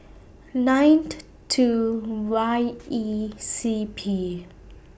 nine two Y E C P